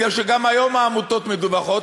כי גם היום העמותות מדווחות,